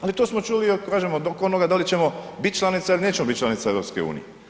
Ali to smo čuli kažem od onoga da li ćemo biti članica ili nećemo biti članica EU.